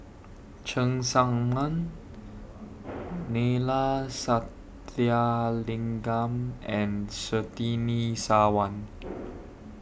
Cheng Tsang Man Neila Sathyalingam and Surtini Sarwan